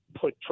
put